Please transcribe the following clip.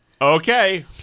Okay